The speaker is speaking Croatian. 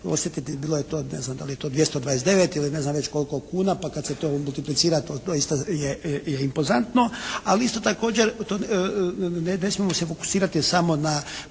osjetiti bilo je to ne znam da li je to 299 ili ne znam već koliko kuna. Pa kad se to multiplicira to doista je impozantno. Ali isto također ne smijemo se fokusirati samo na